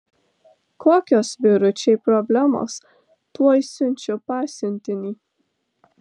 kokios vyručiai problemos tuoj siunčiu pasiuntinį